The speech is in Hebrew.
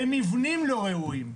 במבנים לא ראויים.